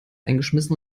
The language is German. eingeschmissen